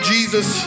Jesus